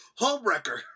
homewrecker